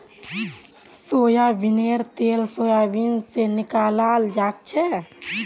सोयाबीनेर तेल सोयाबीन स निकलाल जाछेक